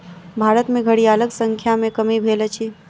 भारत में घड़ियालक संख्या में कमी भेल अछि